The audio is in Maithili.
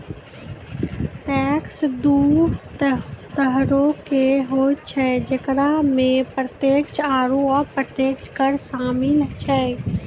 टैक्स दु तरहो के होय छै जेकरा मे प्रत्यक्ष आरू अप्रत्यक्ष कर शामिल छै